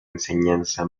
enseñanza